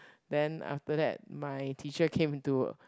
then after that my teacher came into